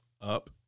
up